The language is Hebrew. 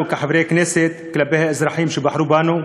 כחברי כנסת כלפי האזרחים שבחרו בנו,